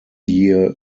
year